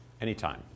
anytime